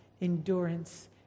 endurance